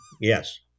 Yes